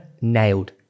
Nailed